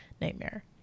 nightmare